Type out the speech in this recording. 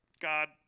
God